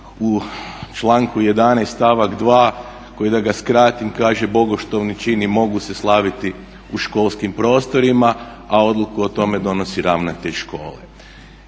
u članku 11. stavak 2. koji da ga skratim kaže bogoštovni čini mogu se slaviti u školskim prostorima a odluku o tome donosi ravnatelj škole.